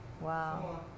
Wow